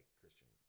Christian